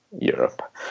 Europe